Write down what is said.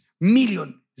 million